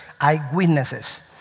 eyewitnesses